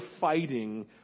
fighting